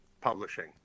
publishing